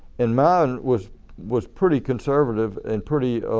and mine was was pretty conservative and pretty